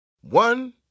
One